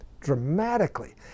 dramatically